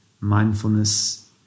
mindfulness